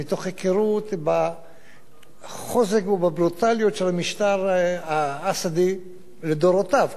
ומתוך הכרת החוזק והברוטליות של המשטר האסדי לדורותיו,